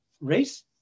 race